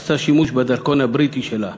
עשתה שימוש בדרכון הבריטי שלה.